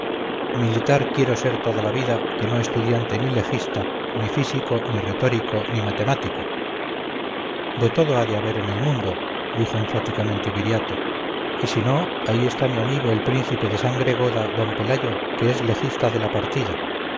militar quiero ser toda la vida que no estudiante ni legista ni físico ni retórico ni matemático de todo ha de haber en el mundo dijo enfáticamente viriato y si no ahí está mi amigo el príncipe de sangre goda d pelayo que es legista de la partida